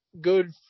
good